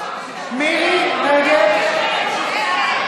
מרים רגב,